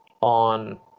on